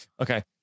Okay